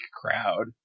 crowd